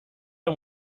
pas